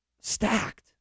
stacked